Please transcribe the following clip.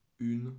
une